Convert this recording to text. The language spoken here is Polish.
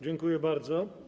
Dziękuję bardzo.